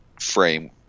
frame